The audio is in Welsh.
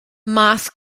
math